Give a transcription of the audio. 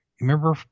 Remember